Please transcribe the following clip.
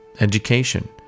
education